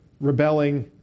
rebelling